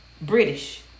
British